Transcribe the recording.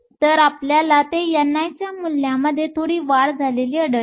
तर आम्हाला ते ni च्या मूल्यमध्ये थोडी वाढ झालेली आढळते